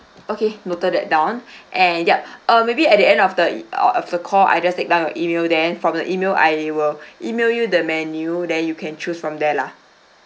okay noted that down and yup uh maybe at the end of the i~ uh of the call I just take down your email then from the email I will email you the menu then you can choose from there lah